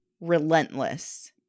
relentless